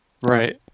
right